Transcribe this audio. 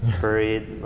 buried